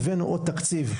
הבאנו עוד תקציב,